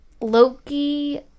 Loki